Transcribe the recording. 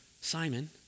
Simon